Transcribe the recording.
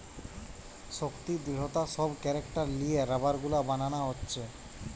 শক্তি, দৃঢ়তা সব ক্যারেক্টার লিয়ে রাবার গুলা বানানা হচ্ছে